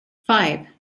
five